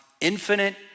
infinite